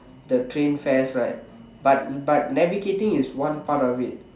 the train fares right but but navigating is one part of it